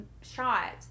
shot